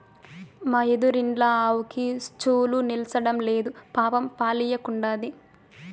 మా ఎదురిండ్ల ఆవుకి చూలు నిల్సడంలేదు పాపం పాలియ్యకుండాది